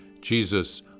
Jesus